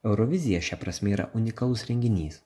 eurovizija šia prasme yra unikalus renginys